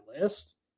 list